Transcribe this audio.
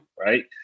right